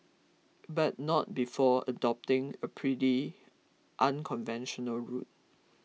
but not before adopting a pretty unconventional route